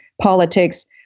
politics